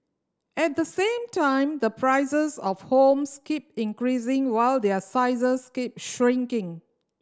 at the same time the prices of homes keep increasing while their sizes keep shrinking